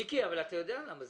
מיקי, אתה יודע למה.